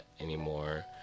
anymore